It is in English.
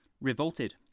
revolted